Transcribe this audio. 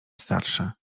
starsze